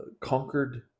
conquered